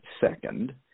second